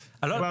לא,